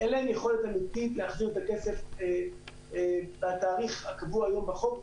שאין להם יכולת אמיתי להחזיר את הכסף בתאריך הקבוע היום בחוק.